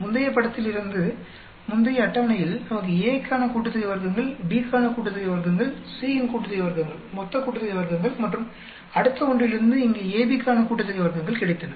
முந்தைய படத்திலிருந்து முந்தைய அட்டவணையில் நமக்கு A க்கான கூட்டுத்தொகை வர்க்கங்கள் B க்கான கூட்டுத்தொகை வர்க்கங்கள் C இன் கூட்டுத்தொகை வர்க்கங்கள் மொத்த கூட்டுத்தொகை வர்க்கங்கள் மற்றும் அடுத்த ஒன்றிலிருந்து இங்கே AB க்கான கூட்டுத்தொகை வர்க்கங்கள் கிடைத்தன